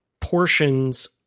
portions